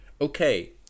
okay